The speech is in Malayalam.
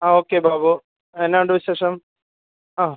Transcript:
ആ ഓക്കെ ബാബു എന്നാ ഉണ്ട് വിശേഷം ആ